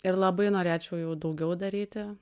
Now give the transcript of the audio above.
ir labai norėčiau jų daugiau daryti